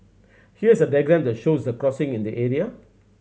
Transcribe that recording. here is a diagram that shows the crossing in the area